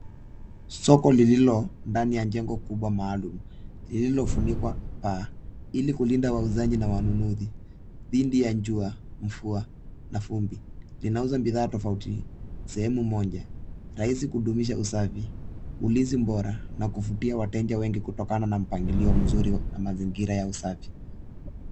Soko lililo ndani ya jengo kubwa maalum lilifuniikwa paa ili kulinda wauzaji na wanunuzi didhi ya jua, mvua na vumbi. Linauza bidhaa tofauti, sehemu moja, rahisi kudumisha usafi, ulinzi bora na kuvutia wateja wengi kutokana na mpangilio mzuri na mazingira ya usafi.